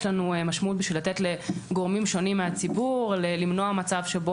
יש לנו משמעות בשביל לתת לגורמים שונים מהציבור למנוע מצב שבו